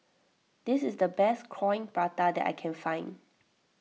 this is the best Coin Prata that I can find